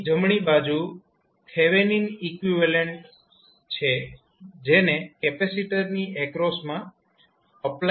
અહીં જમણી બાજુ થેવેનિન ઇકવીવેલેન્ટ છે જેને કેપેસિટરની એક્રોસમાં એપ્લાય કરવામાં આવે છે